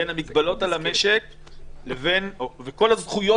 הלינק בין המגבלות על המשק וכל הזכויות